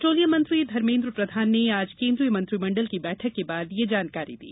petroleum मंत्री धर्मेन्द्र प्रधान ने आज केन्द्रीय मंत्रिमंडल की बैठक के बाद यह जानकारी दी